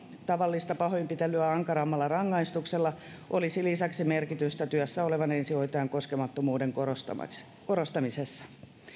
tavallista pahoinpitelyä ankarammalla rangaistuksella olisi lisäksi merkitys työssä olevan ensihoitajan koskemattomuuden korostamisessa korostamisessa